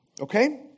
Okay